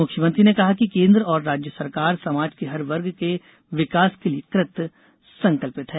मुख्यमंत्री ने कहा कि केन्द्र और राज्य सरकार समाज के हर वर्ग के विकास के लिए कृतसंकल्पित है